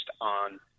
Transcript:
on